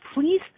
please